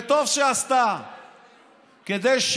וטוב שעשתה כך,